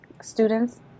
students